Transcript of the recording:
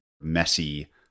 messy